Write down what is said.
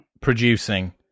producing